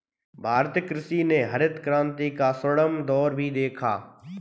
भारतीय कृषि ने हरित क्रांति का स्वर्णिम दौर भी देखा